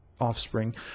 offspring